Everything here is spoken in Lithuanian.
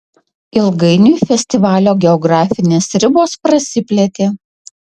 ilgainiui festivalio geografinės ribos prasiplėtė